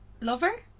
lover